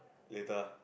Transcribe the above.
later